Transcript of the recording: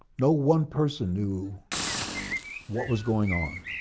no one person knew what was going on.